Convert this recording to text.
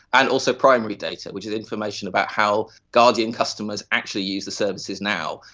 and also primary data, which is information about how guardian customers actually use the services now,